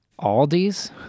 Aldi's